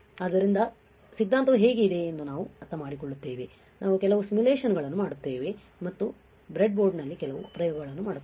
ಆದ್ದರಿಂದ ಸಿದ್ಧಾಂತವು ಹೇಗೆ ಇದೆ ಎಂದು ನಾವು ಅರ್ಥಮಾಡಿಕೊಳ್ಳುತ್ತೇವೆ ನಾವು ಕೆಲವು ಸಿಮ್ಯುಲೇಶನ್ಗಳನ್ನು ಮಾಡುತ್ತೇವೆ ಮತ್ತು ನಾವು ಬ್ರೆಡ್ಬೋರ್ಡ್ನಲ್ಲಿಕೆಲವು ಪ್ರಯೋಗಗಳನ್ನು ಮಾಡುತ್ತೇವೆ